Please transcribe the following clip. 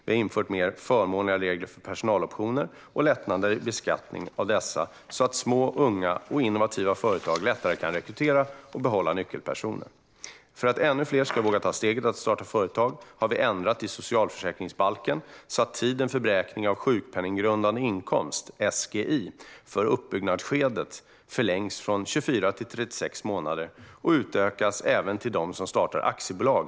Vi har också infört mer förmånliga regler om personaloptioner och lättnader i beskattningen av dessa, så att små, unga och innovativa företag lättare kan rekrytera och behålla nyckelpersoner. För att ännu fler ska våga ta steget att starta företag har vi ändrat i socialförsäkringsbalken, så att tiden för beräkning av sjukpenninggrundande inkomst, SGI, för uppbyggnadsskedet förlängs från 24 till 36 månader. Den utökas även till dem som startar aktiebolag.